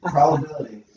Probability